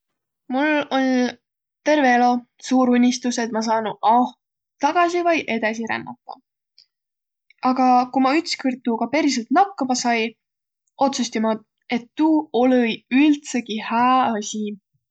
Mul oll' terveq elo suur unistus, et ma saanuq aoh tagasi vai edesi rännädäq. Aga ku ma ütskõrd tuuga periselt nakkama sai, otsusti ma, et tuu olõ-õi üldsegi hää asi.